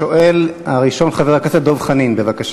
השואל הראשון, חבר הכנסת דב חנין, בבקשה.